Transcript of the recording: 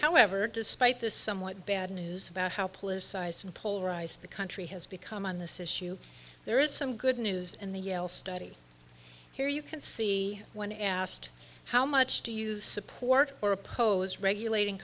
however despite the somewhat bad news about how politicized and polarized the country has become on this issue there is some good news and the yell study here you can see when asked how much do you support or oppose regulating